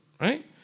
right